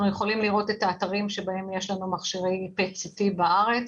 אנחנו יכולים לראות את האתרים בהם יש מכשיריPET CT בארץ.